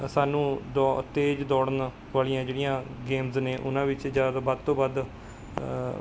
ਸਾਨੂੰ ਦੌ ਤੇਜ਼ ਦੌੜਨ ਵਾਲੀਆਂ ਜਿਹੜੀਆਂ ਗੇਮਜ਼ ਨੇ ਉਹਨਾਂ ਵਿੱਚ ਜਾ ਕੇ ਵੱਧ ਤੋਂ ਵੱਧ